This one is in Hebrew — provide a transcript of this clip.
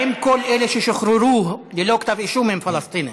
האם כל אלה ששוחררו ללא כתב אישום הם פלסטינים?